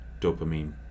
dopamine